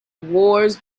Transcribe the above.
wars